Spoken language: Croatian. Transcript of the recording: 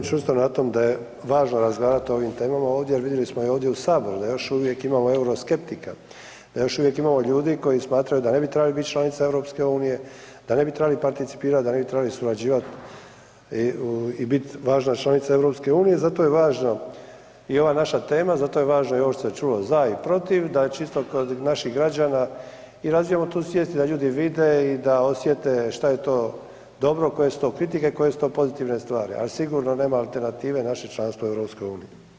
Ja čvrsto stojim na tom da je važno razgovarati o ovim temama ovdje jer vidjeli smo i ovdje u saboru da još uvijek imamo euroskeptika, da još uvijek imamo ljudi koji smatraju da ne bi trebali biti članica EU, da ne bi trebali participirati, da ne bi trebali surađivati i biti važna članica EU, zato je važno i ova naša tema, zato je važno i ovo što se čulo za i protiv da čisto kod naših građana i razvijamo tu svijest i da ljudi vide i da osjete šta je to dobro, koje su to kritike, koje su to pozitivne stvari, ali sigurno nema alternative naše članstvo u EU.